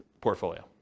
portfolio